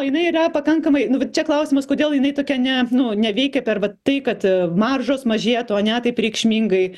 jinai yra pakankamai nu vat čia klausimas kodėl jinai tokia ne nu neveikia per vat tai kad maržos mažėtų ane taip reikšmingai